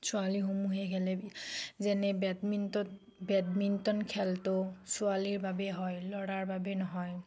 ছোৱালীসমূহে খেলে যেনে বেডমিণ্টন বেডমিণ্টন খেলটো ছোৱালীৰ বাবেই হয় ল'ৰাৰ বাবে নহয়